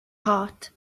heart